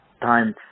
time